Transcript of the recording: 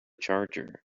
charger